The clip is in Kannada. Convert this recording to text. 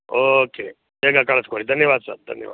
ಓಕೆ ಬೇಗ ಕಳಿಸ್ಕೊಡಿ ಧನ್ಯವಾದ ಸರ್ ಧನ್ಯವಾದ